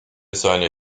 seine